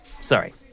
sorry